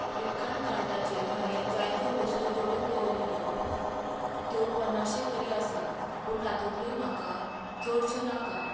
Flipkart कार्टाचेर हावें जायत्यो वस्तू जोडून दवरलल्यो त्यो पन्नाशेक तरी आसात पूण तातूंतल्यो म्हाका चडशो नाकात